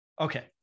Okay